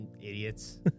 idiots